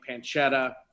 pancetta